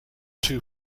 two